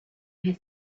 his